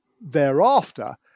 thereafter